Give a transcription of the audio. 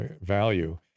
value